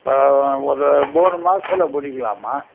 ஒரு மூணு மாசத்துக்குள்ளே முடிக்கலாம்மா